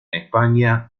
españa